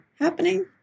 happening